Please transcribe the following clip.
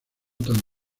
tan